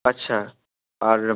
আচ্ছা আর